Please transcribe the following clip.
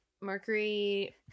Mercury